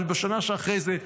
אבל בשנה שאחרי זה,